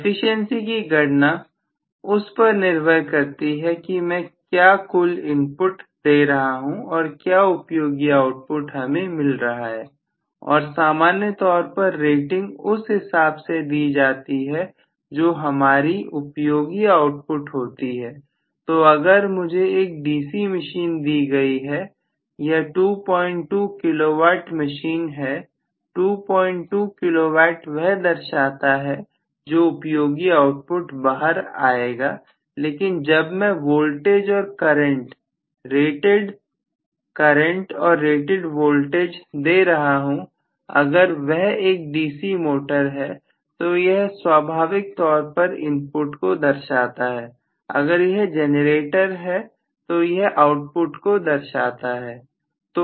efficiency की गणना उस पर निर्भर करती है कि मैं क्या कुल इनपुट दे रहा हूं और क्या उपयोगी आउटपुट हमें मिल रहा है और सामान्य तौर पर रेटिंग उस हिसाब से दी जाती है जो हमारी उपयोगी आउटपुट होती है तो अगर मुझे एक डीसी मशीन दी गई है यह 22kW मशीन है 22KW वह दर्शाता है जो उपयोगी आउटपुट बाहर आएगा लेकिन जब मैं वोल्टेज और करंट रेटेड करेंगे और रेटेड वोल्टेज दे रहा हूं अगर वह एक डीसी मोटर है तो यह स्वाभाविक तौर पर इनपुट को दर्शाता है अगर यह जनरेटर है तो यह आउटपुट को दर्शाता है